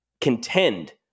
contend